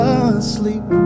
asleep